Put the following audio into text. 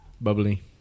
Bubbly